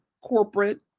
corporate